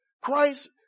Christ